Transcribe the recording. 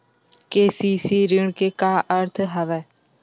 KCC ऋण के का अर्थ हवय?